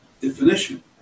definition